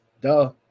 duh